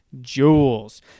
jewels